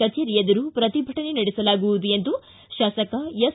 ಕಚೇರಿ ಎದುರು ಪ್ರತಿಭಟನೆ ನಡೆಸಲಾಗುವುದು ಎಂದು ಶಾಸಕ ಎಸ್